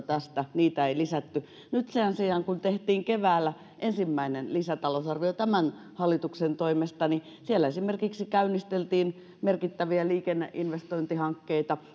tästä niitä ei lisätty nyt sen sijaan kun keväällä tehtiin ensimmäinen lisätalousarvio tämän hallituksen toimesta niin siellä esimerkiksi käynnisteltiin merkittäviä liikenneinvestointihankkeita